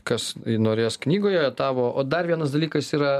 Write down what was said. kas norės knygoje tavo o dar vienas dalykas yra